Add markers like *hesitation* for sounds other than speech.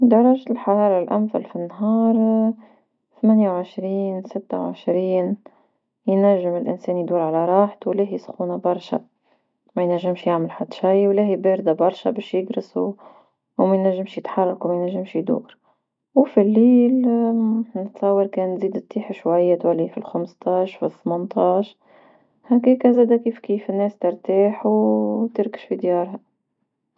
درجة الحرارة الأمثل في النهار *hesitation* ثمانية وعشرين ستة وعشرين، ينجم الانسان يدور على راحته ولاهي سخونة برشا ما ينجمش يعمل حد شي ولا هي باردة برشا باش يقلس وما ينجمش يتحرك وما ينجمش يدور، وفي الليل *hesitation* تتصاور كان تزيد تطيح شوية تولي فالخمسطاش في ثمنة عشر.،هكاكا زادا كيف كيف الناس ترتاح أو *hesitation* تركش في ديارها.